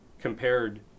compared